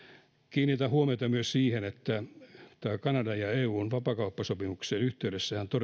kiinnitän huomiota myös siihen että tämän kanadan ja eun vapaakauppasopimuksen yhteydessähän